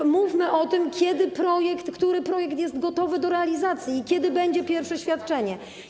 ale mówmy o tym, kiedy projekt, który projekt jest gotowy do realizacji i kiedy będzie pierwsze świadczenie.